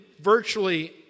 virtually